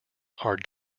are